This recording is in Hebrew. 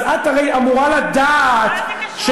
אז את הרי אמורה לדעת, מה זה קשור?